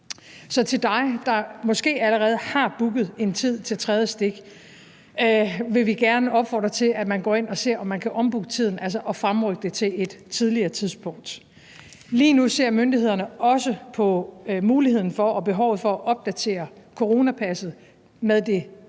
Så dig, der måske allerede har booket tid til tredje stik, vil vi gerne opfordre til at gå ind og se, om man kan ombooke tiden, altså fremrykke den til et tidligere tidspunkt. Lige nu ser myndighederne også på muligheden for og behovet for at opdatere coronapasset med det tredje